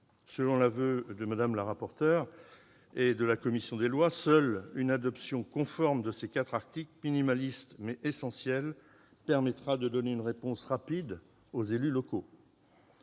Selon l'aveu de Mme la rapporteur de la commission des lois, seule une adoption conforme de ces quatre articles, minimalistes, mais essentiels, permettra de donner une réponse rapide aux élus locaux.